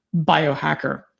biohacker